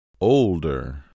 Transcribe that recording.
Older